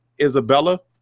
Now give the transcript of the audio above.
isabella